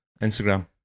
Instagram